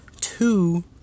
two